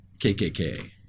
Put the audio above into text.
KKK